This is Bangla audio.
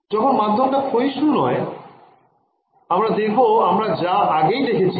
যখন মাধ্যম টা ক্ষয়িষ্ণু নয় আমরা দেখবো আমরা যা আগেই দেখেছি